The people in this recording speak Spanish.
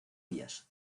vías